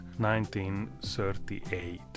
1938